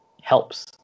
helps